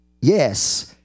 yes